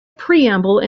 preamble